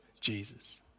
Jesus